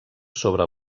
sobre